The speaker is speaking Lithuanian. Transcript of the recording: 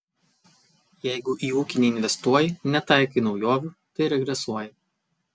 jeigu į ūkį neinvestuoji netaikai naujovių tai regresuoji